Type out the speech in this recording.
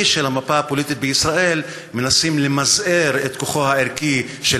של המפה הפוליטית בישראל מנסים למזער את כוחו הערכי של